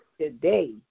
today